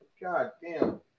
goddamn